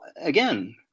Again